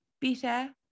better